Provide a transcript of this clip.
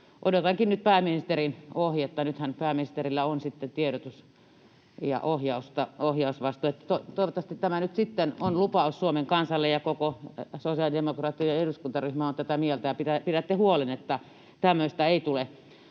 odotankin nyt pääministerin ohjetta. Nythän pääministerillä on sitten tiedotus- ja ohjausvastuu. Toivottavasti tämä nyt sitten on lupaus Suomen kansalle ja koko sosiaalidemokraattinen eduskuntaryhmä on tätä mieltä, ja pidätte huolen, että tämmöistä ei tule